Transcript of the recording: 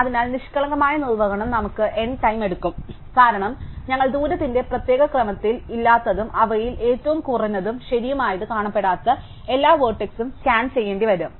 അതിനാൽ നിഷ്കളങ്കമായ നിർവ്വഹണം നമുക്ക് n ടൈം എടുക്കും കാരണം ഞങ്ങൾ ദൂരത്തിന്റെ പ്രത്യേക ക്രമത്തിൽ ഇല്ലാത്തതും അവയിൽ ഏറ്റവും കുറഞ്ഞതും ശരിയുമായതും കാണപ്പെടാത്ത എല്ലാ വെർട്ടിസ്സ്സും സ്കാൻ ചെയ്യേണ്ടിവരും